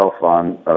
on